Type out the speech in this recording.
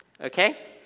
Okay